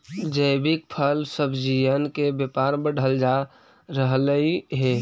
जैविक फल सब्जियन के व्यापार बढ़ल जा रहलई हे